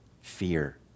fear